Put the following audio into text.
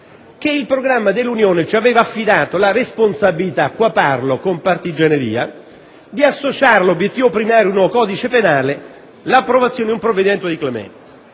che il programma dell'Unione ci aveva affidato la responsabilità (qui parlo con partigianeria) di associare l'obiettivo primario di un nuovo codice penale all'approvazione di un provvedimento di clemenza.